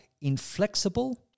inflexible